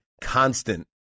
constant